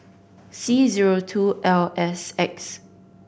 C zero two L S X